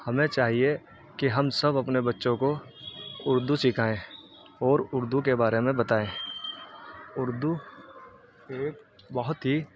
ہمیں چاہیے کہ ہم سب اپنے بچوں کو اردو سکھائیں اور اردو کے بارے میں بتائیں اردو ایک بہت ہی